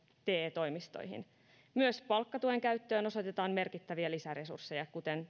te toimistoihin myös palkkatuen käyttöön osoitetaan merkittäviä lisäresursseja kuten